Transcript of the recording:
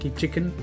chicken